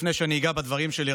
לפני שאגע בדברים שלי,